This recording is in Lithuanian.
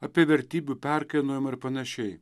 apie vertybių perkainojimą ir panašiai